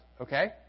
Okay